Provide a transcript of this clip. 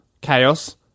Chaos